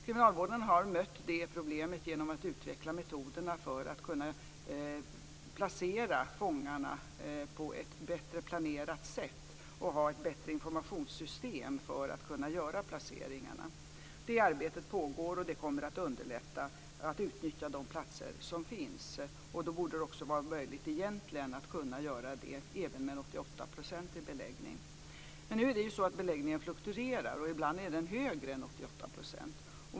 Kriminalvården har mött det problemet genom att utveckla metoder för att placera fångarna på ett bättre planerat sätt och genom att ha ett bättre informationssystem för att kunna göra placeringarna. Det arbetet pågår, och det kommer att underlätta utnyttjandet av de platser som finns. Då borde det egentligen också vara möjligt att göra det även med en 88-procentig beläggning. Men nu är det ju så att beläggningen fluktuerar och ibland är den högre än 88 %.